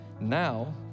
now